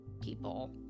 people